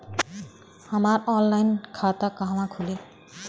हमार ऑनलाइन खाता कहवा खुली?